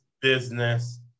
Business